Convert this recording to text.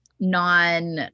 Non